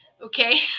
Okay